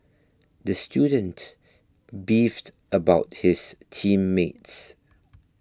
the student beefed about his team mates